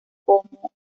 como